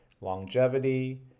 longevity